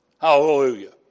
Hallelujah